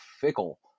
fickle